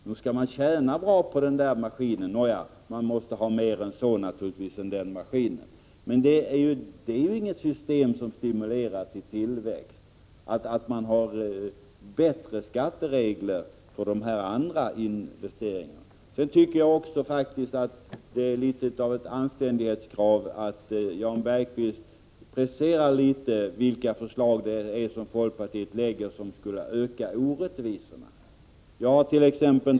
Nog måste man då tjäna bra på denna maskin, även om man naturligtvis måste ha flera än den. Detta är ju inget system som stimulerar till tillväxt — att det är bättre skatteregler för andra investeringar. Jag tycker också att det är ett anständighetskrav att Jan Bergqvist litet grand presenterar vilka förslag från folkpartiet som skulle öka orättvisorna. Jag hart.ex.